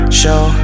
show